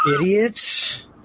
idiots